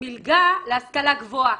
מלגה להשכלה גבוהה.